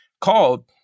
called